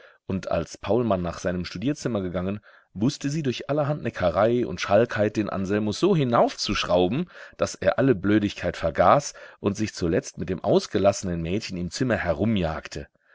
und als paulmann nach seinem studierzimmer gegangen wußte sie durch allerhand neckerei und schalkheit den anselmus so hinaufzuschrauben daß er alle blödigkeit vergaß und sich zuletzt mit dem ausgelassenen mädchen im zimmer